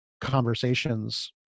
conversations